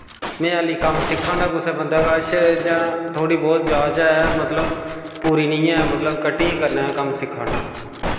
में हल्ली कम्म सिक्खा कुसै बंदे कच्छ जां थोह्ड़ी बौह्त जाच ऐ मतलब पूरी निं ऐ मतलब कटिंग करने दा कम्म सिक्खा ना